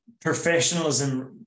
professionalism